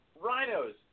rhinos